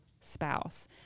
spouse